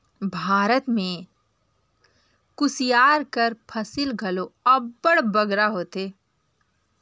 भारत में कुसियार कर फसिल घलो अब्बड़ बगरा होथे